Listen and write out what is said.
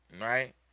right